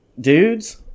Dudes